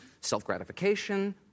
self-gratification